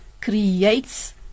creates